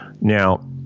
now